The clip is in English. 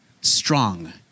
strong